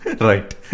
right